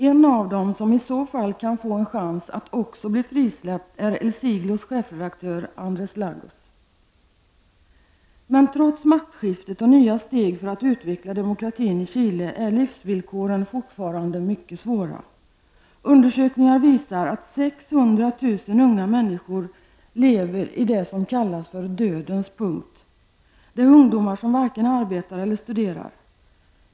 En av dem som i så fall kan få en chans att också bli frisläppt är El Siglos chefredaktör Andres Lagos. Men trots maktskiftet och nya steg för att utveckla demokratin i Chile är livsvillkoren fortfarande mycket svåra. Undersökningar visar att 600 000 unga människor lever i det som kallas ''dödens punkt''. Det är ungdomar som varken arbetar eller studerar.